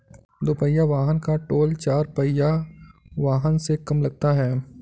दुपहिया वाहन का टोल चार पहिया वाहन से कम लगता है